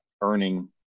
earning